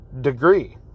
degree